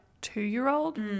two-year-old